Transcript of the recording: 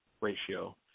ratio